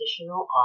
additional